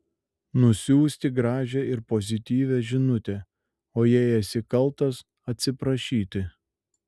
nusiųsti gražią ir pozityvią žinutę o jei esi kaltas atsiprašyti